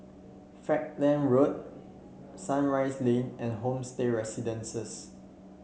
Falkland Road Sunrise Lane and Homestay Residences